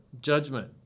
judgment